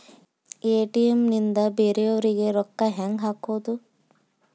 ATM ನಿಂದ ಬೇರೆಯವರಿಗೆ ರೊಕ್ಕ ಹೆಂಗ್ ಹಾಕೋದು?